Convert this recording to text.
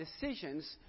decisions